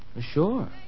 Sure